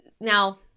now